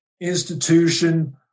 institution